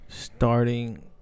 starting